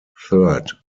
third